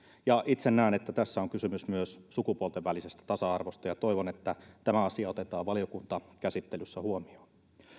itse näen että tässä on kysymys myös sukupuolten välisestä tasa arvosta ja ja toivon että tämä asia otetaan valiokuntakäsittelyssä huomioon